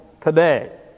today